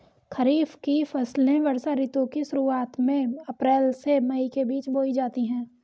खरीफ की फसलें वर्षा ऋतु की शुरुआत में अप्रैल से मई के बीच बोई जाती हैं